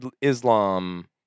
Islam